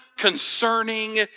concerning